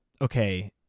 okay